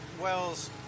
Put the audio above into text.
wells